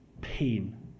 pain